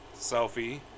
selfie